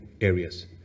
areas